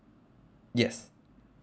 yes